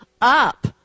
up